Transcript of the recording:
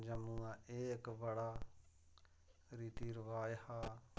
जम्मू दा एह् इक बड़ा रीति रबाज़ हा